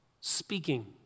Speaking